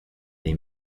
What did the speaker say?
they